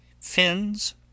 fins